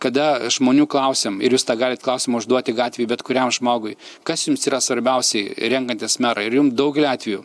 kada žmonių klausėm ir jūs tą galit klausimą užduoti gatvėj bet kuriam žmogui kas jums yra svarbiausiai renkantis merą ir jum daugeliu atvejų